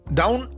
down